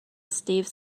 steve